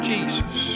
Jesus